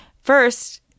First